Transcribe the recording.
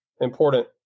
important